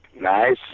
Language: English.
nice